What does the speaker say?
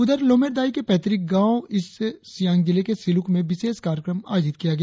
उधर लुमेर दाई के पैतृक गांव ईस्ट सियांग जिले के सिलुक में विशेष कार्यक्रम आयोजित किया गया